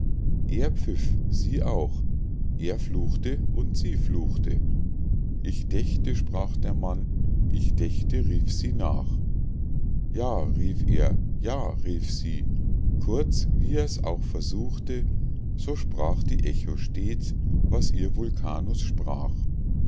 er pfiff sie auch er fluchte und sie fluchte ich dächte sprach der mann ich dächte rief sie nach ja rief er ja rief sie kurz wie er's auch versuchte so sprach die echo stets was ihr vulkanus sprach